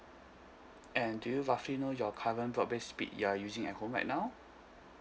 and do you roughly know your current broadband speed you are using at home right now